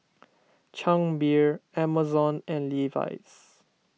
Chang Beer Amazon and Levi's